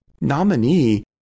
nominee